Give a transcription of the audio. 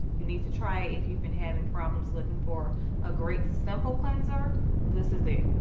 you need to try it if you've been having problems looking for a great simple cleanser this is it.